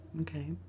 Okay